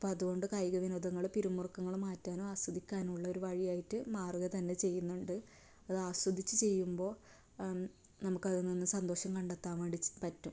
അപ്പം അതുകൊണ്ട് കായികവിനോദങ്ങൾ പിരിമുറുക്കങ്ങൾ മാറ്റാനും ആസ്വദിക്കാനും ഉള്ളൊരു വഴി ആയിട്ട് മാറുക തന്നെ ചെയ്യുന്നുണ്ട് അത് ആസ്വദിച്ച് ചെയ്യുമ്പോൾ നമുക്കതിൽ നിന്ന് സന്തോഷം കണ്ടെത്താൻ വേണ്ടീട്ട് പറ്റും